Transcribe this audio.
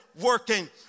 working